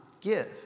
give